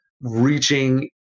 reaching